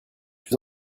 suis